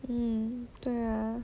mm 对啊